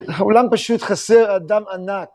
לעולם פשוט חסר אדם ענק.